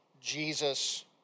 Jesus